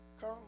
come